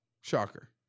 Shocker